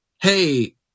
hey